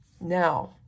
now